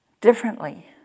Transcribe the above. differently